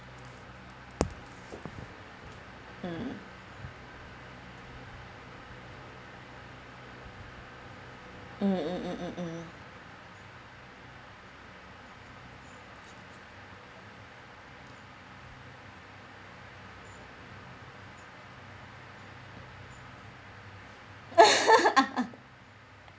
mm mm mm mm mm mm